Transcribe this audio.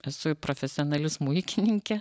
esu profesionali smuikininkė